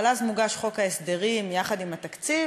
אבל אז מוגש חוק ההסדרים יחד עם התקציב,